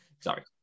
Sorry